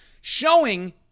Showing